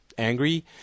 angry